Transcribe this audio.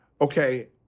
okay